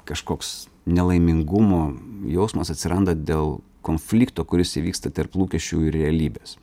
kažkoks nelaimingumo jausmas atsiranda dėl konflikto kuris įvyksta tarp lūkesčių ir realybės